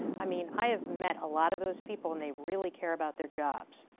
i mean i have met a lot of those people and they really care about their jobs.